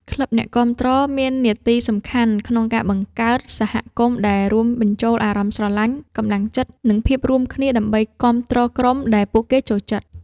ក្លឹបអ្នកគាំទ្រមាននាទីសំខាន់ក្នុងការបង្កើតសហគមន៍ដែលរួមបញ្ចូលអារម្មណ៍ស្រឡាញ់ កំលាំងចិត្ត និងភាពរួមគ្នា ដើម្បីគាំទ្រក្រុមដែលពួកគេចូលចិត្ត។